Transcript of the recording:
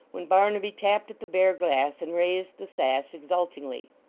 when barnaby tapped at the bare glass, and raised the sash exultingly.